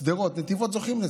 שדרות, נתיבות, זוכים לזה,